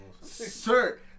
Sir